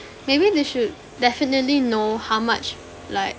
maybe they should definitely know how much like